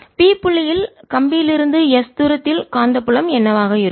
P புள்ளியில் கம்பியிலிருந்து S தூரத்தில் காந்தப்புலம் என்னவாக இருக்கும்